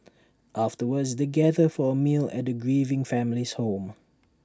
afterwards they gather for A meal at the grieving family's home